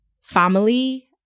family